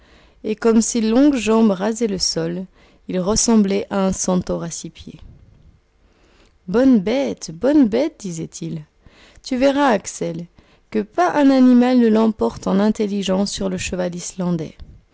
et comme ses longues jambes rasaient le sol il ressemblait à un centaure à six pieds bonne bête bonne bête disait-il tu verras axel que pas un animal ne l'emporte en intelligence sur le cheval islandais